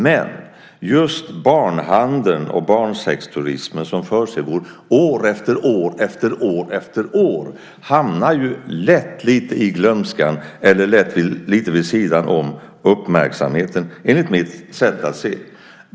Men just barnhandeln och barnsexturismen som försiggår år efter år efter år hamnar lätt i glömska eller lite vid sidan av uppmärksamheten, enligt mitt sätt att se.